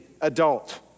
adult